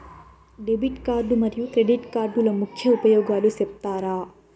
Debit card మరియు credit కార్డుల ముఖ్య ఉపయోగాలు సెప్తారా?